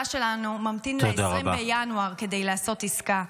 שלנו ממתין ל-20 בינואר כדי לעשות עסקה.